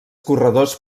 corredors